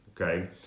okay